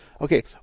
Okay